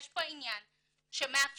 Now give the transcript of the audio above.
יש פה עניין שמאפשר,